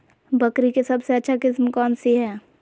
बकरी के सबसे अच्छा किस्म कौन सी है?